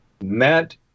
met